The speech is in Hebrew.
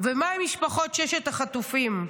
ומה עם משפחות ששת החטופים,